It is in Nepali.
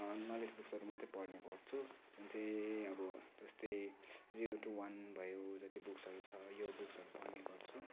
नलेज बुक्सहरू मात्रै पढ्ने गर्छु जुन चाहिँ अब त्यस्तै जिरो टू वान भयो जत्ति बुक्सहरू छ यो बुक्सहरू पढ्ने गर्छु